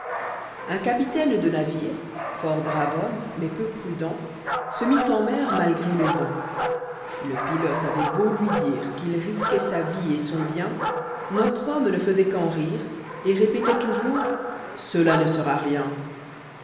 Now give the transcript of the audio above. un capitaine de navire fort brave homme mais peu prudent se mit en mer malgré le vent le pilote avoit beau lui dire qu'il risquoit sa vie et sonjbiénv notre homme ne faisoit quen rire et répétait toujours gela ne sera rien